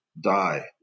die